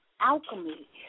alchemy